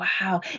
Wow